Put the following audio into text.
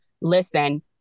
listen